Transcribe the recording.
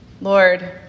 Lord